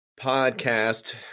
podcast